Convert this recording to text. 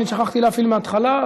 אני שכחתי להפעיל מהתחלה,